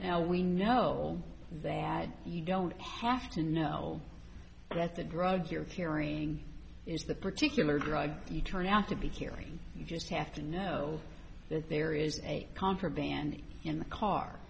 now we know they had you don't have to know that the drug you're hearing is the particular drug you turn out to be curing you just have to know that there is a contraband in the car